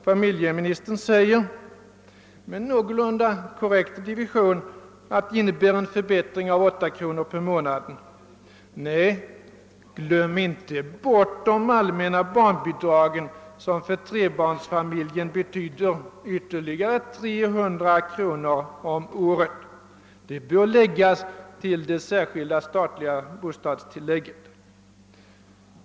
Familjeministern förklarar — med någorlunda korrekt division — att det betyder en förbättring med 8 kronor per månad. Glöm inte bort de allmänna barnbidragen, som för trebarnsfamiljen betyder ytterligare 300 kronor om året! Detta bör läggas till det särskilda statliga bostadstillägget.